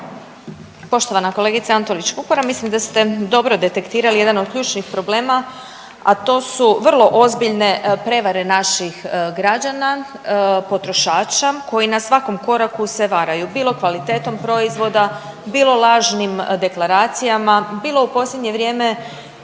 Poštovana kolegice Antolić Vupora mislim da ste dobro detektirali jedan od ključnih problema, a to su vrlo ozbiljne prevare naših građana, potrošača koji na svakom koraku se varaju bilo kvalitetom proizvoda, bilo lažnim deklaracijama, bilo u posljednje vrijeme